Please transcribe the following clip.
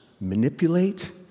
manipulate